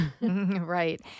Right